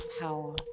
power